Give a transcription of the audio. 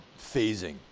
phasing